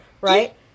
right